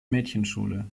mädchenschule